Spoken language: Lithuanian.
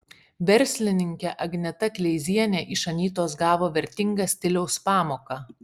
verslininkė agneta kleizienė iš anytos gavo vertingą stiliaus pamoką